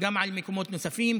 גם על מקומות נוספים.